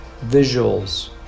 visuals